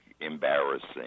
embarrassing